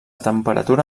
temperatura